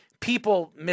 People